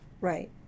Right